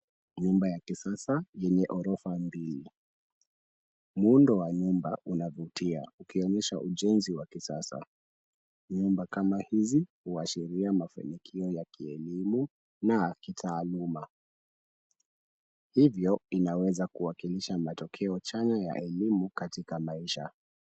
Nyumba ya kisasa yenye ghorofa mbili. Muundo wa nyumba unavutia ukionyesha ujenzi wa kisasa. Nyumba kama hizi uashiria mafanikio ya kielimu na kitaaluma, hivyo inaweza kuwakilisha matokeo chanya ya elimu katika maisha.